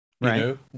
Right